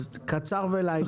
אז קצר ולעניין.